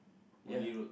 ya